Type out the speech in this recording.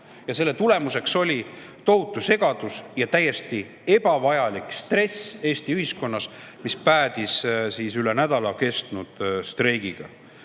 Ja selle tulemuseks oli tohutu segadus ja täiesti ebavajalik stress Eesti ühiskonnas, mis päädis üle nädala kestnud streigiga.